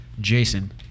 Jason